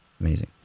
amazing